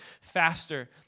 faster